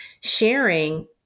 sharing